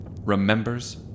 remembers